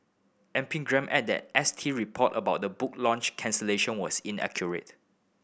Epigram added that S T report about the book launch cancellation was inaccurate